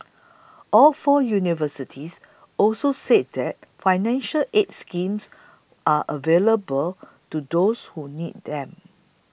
all four universities also said that financial aid schemes are available to those who need them